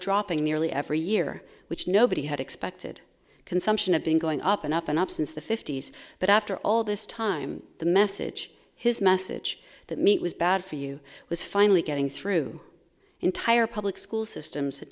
dropping nearly every year which nobody had expected consumption of been going up and up and up since the fifty's but after all this time the message his message that meat was bad for you was finally getting through entire public school systems